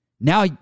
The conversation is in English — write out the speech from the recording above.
Now